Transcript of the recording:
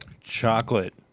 Chocolate